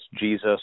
Jesus